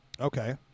Okay